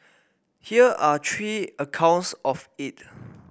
here are three accounts of it